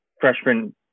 freshman